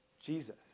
Jesus